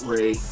Ray